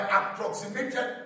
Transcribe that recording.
approximated